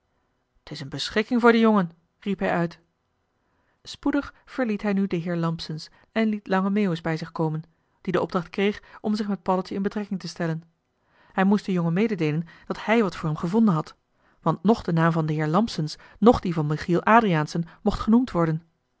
t is een beschikking voor den jongen riep hij uit spoedig verliet hij nu den heer lampsens en liet lange meeuwis bij zich komen die de opdracht kreeg om zich met paddeltje in betrekking te stellen hij moest den jongen mededeelen dat hij wat voor hem gevonden had want noch de naam van den heer lampsens noch die van michiel adriaensen mocht genoemd worden